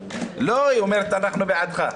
לא, היא אומרת "אנחנו בעדך".